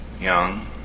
young